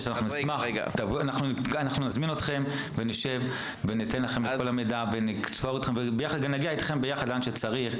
אנחנו נזמין אתכם וניתן לכם את כל המידע ונגיע איתכם ביחד לאן שצריך.